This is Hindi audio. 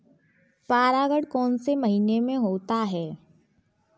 परागण कौन से महीने में होता है?